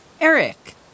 Eric